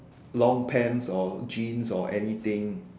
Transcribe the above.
long pants or jeans or anything